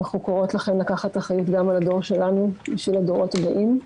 אנחנו קוראות לכם לקחת אחריות גם על הדור שלנו בשביל הדורות הבאים.